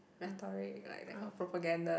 rhetoric like that kind of propaganda